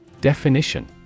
Definition